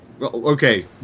Okay